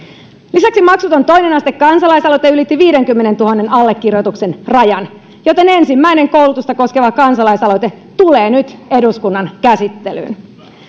lisäksi maksuton toinen aste kansalaisaloite ylitti viidenkymmenentuhannen allekirjoituksen rajan joten ensimmäinen koulutusta koskeva kansalaisaloite tulee nyt eduskunnan käsittelyyn